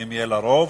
אם יהיה לזה רוב,